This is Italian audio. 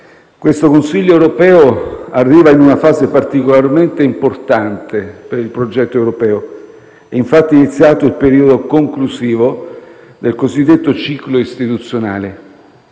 Questo Consiglio europeo arriva in una fase particolarmente importante per il progetto europeo. È infatti iniziato il periodo conclusivo del cosiddetto ciclo istituzionale.